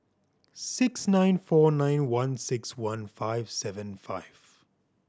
six nine four nine one six one five seven five